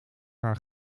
haar